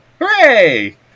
hooray